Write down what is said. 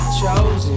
chosen